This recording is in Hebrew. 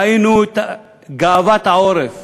ראינו את גאוות העורף,